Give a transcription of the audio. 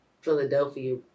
Philadelphia